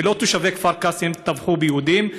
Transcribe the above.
ולא תושבי כפר קאסם טבחו ביהודים.